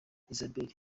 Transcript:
isabelle